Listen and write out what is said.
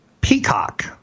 Peacock